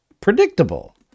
Predictable